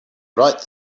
right